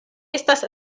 estas